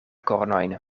kornojn